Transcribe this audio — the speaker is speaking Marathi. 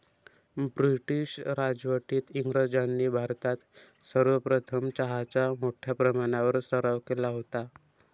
ब्रिटीश राजवटीत इंग्रजांनी भारतात सर्वप्रथम चहाचा मोठ्या प्रमाणावर सराव केला होता